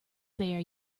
there